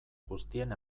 guztien